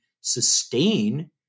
sustain